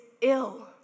ill